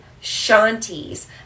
shanties